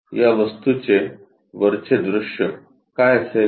या वस्तूचे वरचे दृश्य काय असेल